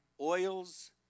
oils